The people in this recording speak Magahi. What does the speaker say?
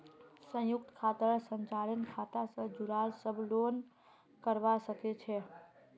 संयुक्त खातार संचालन खाता स जुराल सब लोग करवा सके छै